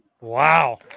wow